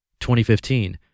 2015